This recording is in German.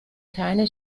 keine